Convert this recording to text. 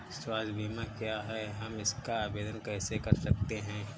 स्वास्थ्य बीमा क्या है हम इसका आवेदन कैसे कर सकते हैं?